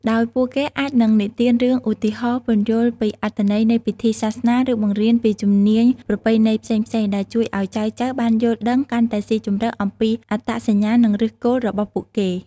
ដោយពួកគេអាចនិទានរឿង ឧទាហរណ៍ ពន្យល់ពីអត្ថន័យនៃពិធីសាសនា ឬបង្រៀនពីជំនាញប្រពៃណីផ្សេងៗ ដែលជួយឲ្យចៅៗបានយល់ដឹងកាន់តែស៊ីជម្រៅអំពីអត្តសញ្ញាណ និងឫសគល់របស់ពួកគេ។